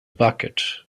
bucket